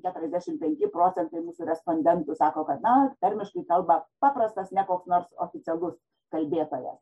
keturiasdešimt penki procentai respondentų sako na tarmiškai kalba paprastas ne koks nors oficialus kalbėtojas